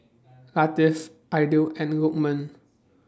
Latif Aidil and Lokman